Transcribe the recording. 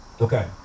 Okay